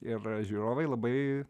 ir žiūrovai labai